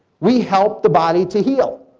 we help the body to heal.